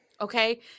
Okay